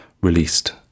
released